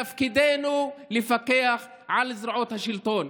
תפקידנו לפקח על זרועות השלטון.